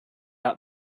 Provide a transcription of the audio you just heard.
out